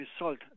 result